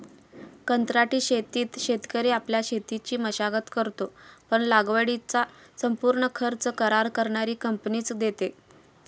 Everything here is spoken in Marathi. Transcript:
कंत्राटी शेतीत शेतकरी आपल्या शेतीची मशागत करतो, पण लागवडीचा संपूर्ण खर्च करार करणारी कंपनीच देते